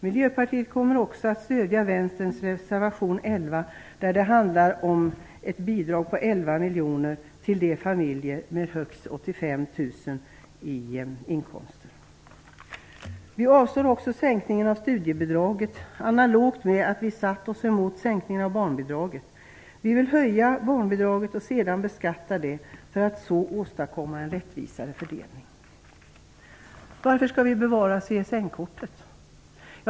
Miljöpartiet kommer att stödja vänsterns reservation 11 om ett bidrag på 11 miljoner till de familjer som har högst Vi tar avstånd från sänkningen av studiebidraget analogt med att vi satt oss emot sänkningen av barnbidraget. Vi vill höja barnbidraget och sedan beskatta det för att så åstadkomma en rättvisare fördelning. Varför skall vi bevara CSN-kortet?